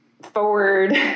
forward